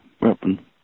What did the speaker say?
weapon